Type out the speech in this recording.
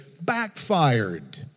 backfired